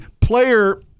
player